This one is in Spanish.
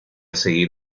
seguir